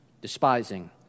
despising